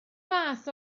fath